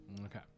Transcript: Okay